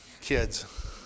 Kids